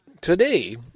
Today